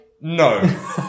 No